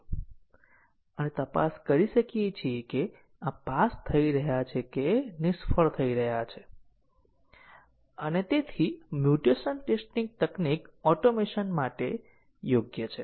તેથી કોડને સમજવા માટે આપણે પ્રોગ્રામ દ્વારા તમામ રસ્તાઓ પાર કરવાની જરૂર પડશે અને જો પાથ વધુ સ્પષ્ટ છે તો કોડમાં તમામ રસ્તાઓ પાર કરવામાં લાંબો સમય પસાર કરવો પડશે